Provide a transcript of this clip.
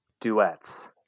duets